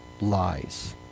lies